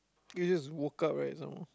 you just woke up right some more